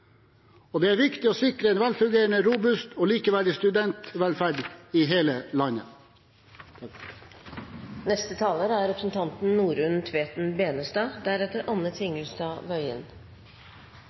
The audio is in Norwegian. Det er viktig å sikre en velfungerende, robust og likeverdig studentvelferd i hele landet.